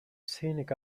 scenic